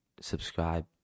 subscribe